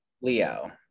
Leo